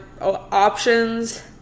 options